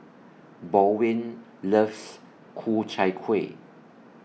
Baldwin loves Ku Chai Kueh